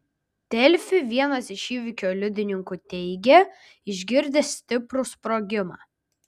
delfi vienas iš įvykio liudininkų teigė išgirdęs stiprų sprogimą